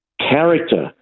character